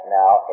now